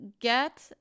get